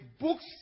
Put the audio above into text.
books